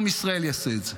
עם ישראל יעשה את זה.